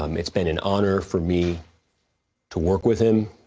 um it's been an honor for me to work with him,